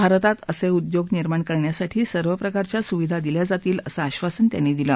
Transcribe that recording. भारतात असे उद्योग निर्माण करण्याकरता सर्व प्रकारच्या सुविधा दिल्या जातील असं आधासन त्यांनी दिलं